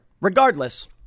Regardless